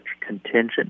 contingent